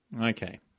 Okay